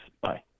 Bye